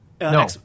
No